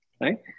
right